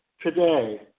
today